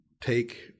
take